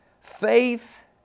Faith